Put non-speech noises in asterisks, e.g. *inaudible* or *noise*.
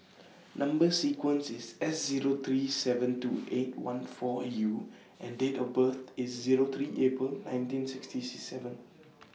Number sequence IS S Zero three seven two eight one four U and Date of birth IS Zero three April nineteen sixty *unintelligible* seven